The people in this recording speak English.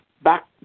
back